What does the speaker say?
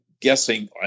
guessing –